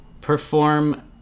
perform